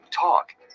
Talk